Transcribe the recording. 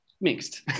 Mixed